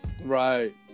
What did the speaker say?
Right